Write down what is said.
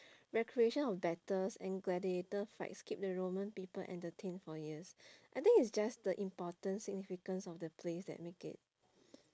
recreation of battles and gladiator fights keep the roman people entertained for years I think it's just the importance significance of the place that make it